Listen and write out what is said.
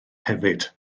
hefyd